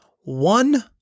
one